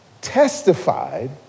testified